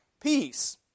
peace